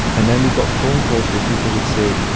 and then we got phone calls where people would say,